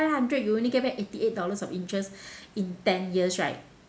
five hundred you only get back eighty eight dollars of interest in ten years right